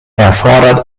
erfordert